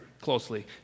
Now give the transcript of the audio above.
closely